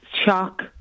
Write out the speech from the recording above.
shock